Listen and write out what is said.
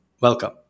Welcome